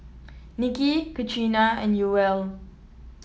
Niki Katrina and Yoel